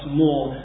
more